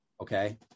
okay